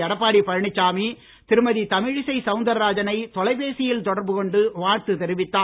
எடப்பாடி பழனிசாமி திருமதி தமிழிசை சவுந்தரராஜனை தொலைபேசியில் தொடர்புகொண்டு வாழ்த்து தெரிவித்தார்